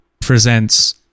presents